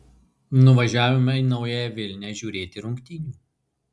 nuvažiavome į naująją vilnią žiūrėti rungtynių